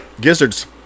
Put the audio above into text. gizzards